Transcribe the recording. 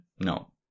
no